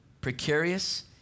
precarious